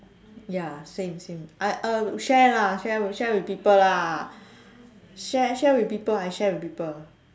ya same same I uh share lah share with share with people lah share share with people I share with people